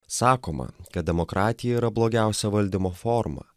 sakoma kad demokratija yra blogiausia valdymo forma